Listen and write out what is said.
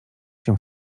się